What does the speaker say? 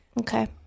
Okay